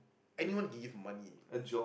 anyone give money you know